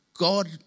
God